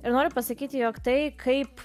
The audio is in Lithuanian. ir noriu pasakyti jog tai kaip